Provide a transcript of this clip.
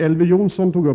Elver Jonsson sade